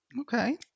Okay